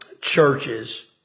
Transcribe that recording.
churches